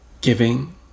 giving